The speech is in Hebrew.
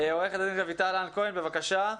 עורכת דין רויטל לן כהן, בבקשה.